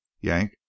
Yank